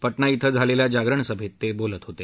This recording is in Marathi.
पटना इथं झालेल्या जागरण सभेत ते बोलत होते